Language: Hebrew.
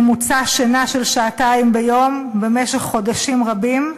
ממוצע שינה של שעתיים ביום במשך חודשים רבים,